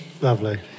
lovely